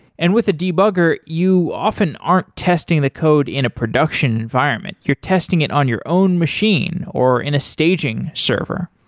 and with a debugger, you often aren't testing the code in a production environment. you're testing it on your own machine or in a staging server.